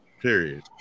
Period